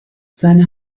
seine